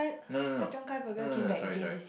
no no no no no no sorry sorry